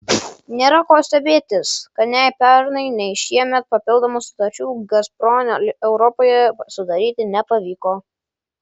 nėra ko stebėtis kad nei pernai nei šiemet papildomų sutarčių gazprom europoje sudaryti nepavyko